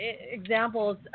examples